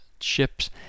Ships